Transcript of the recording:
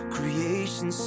Creation